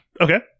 Okay